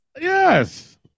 Yes